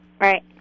right